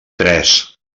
tres